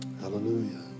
Hallelujah